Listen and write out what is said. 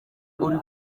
uri